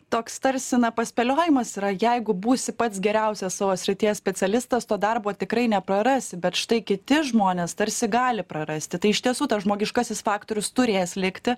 toks tarsi na paspėliojimas yra jeigu būsi pats geriausias savo srities specialistas to darbo tikrai neprarasi bet štai kiti žmonės tarsi gali prarasti tai iš tiesų tas žmogiškasis faktorius turės likti